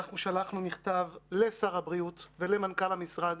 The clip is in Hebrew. אנחנו שלחנו מכתב לשר הבריאות ולמנכ"ל המשרד,